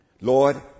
Lord